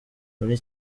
muri